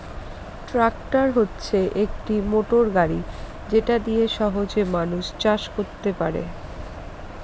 tractor হচ্ছে একটি motor গাড়ি যেটা দিয়ে সহজে মানুষ চাষ করতে পারে